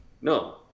no